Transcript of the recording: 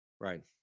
Right